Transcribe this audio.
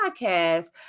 podcast